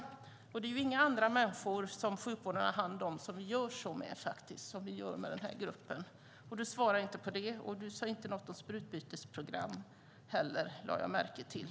Så som vi gör med den gruppen gör vi inte med några andra som sjukvården har hand om. Metin Ataseven svarade inte på den frågan, och han sade inte heller något om sprututbytesprogram, lade jag märke till.